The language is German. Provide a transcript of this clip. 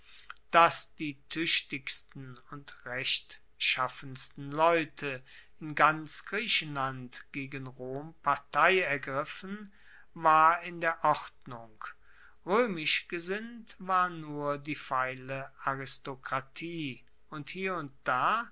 dass die tuechtigsten und rechtschaffensten leute in ganz griechenland gegen rom partei ergriffen war in der ordnung roemisch gesinnt war nur die feile aristokratie und hier und da